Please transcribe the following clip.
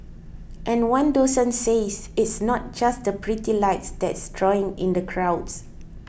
and one docent says it's not just the pretty lights that's drawing in the crowds